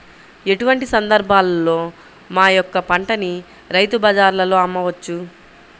ఎటువంటి సందర్బాలలో మా యొక్క పంటని రైతు బజార్లలో అమ్మవచ్చు?